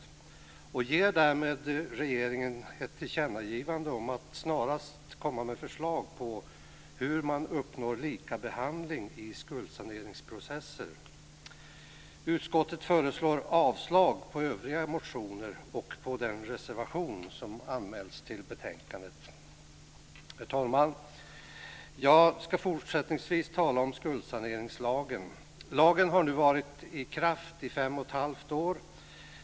Utskottet ger därmed regeringen ett tillkännagivande om att snarast komma med förslag på hur man uppnår likabehandling i skuldsaneringsprocesser. Utskottet föreslår avslag på övriga motioner och på den reservation som anmälts till betänkandet. Herr talman! Jag ska fortsättningsvis tala om skuldsaneringslagen. Lagen har nu varit i kraft i fem och ett halvt år.